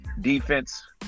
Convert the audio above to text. Defense